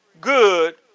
good